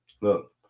Look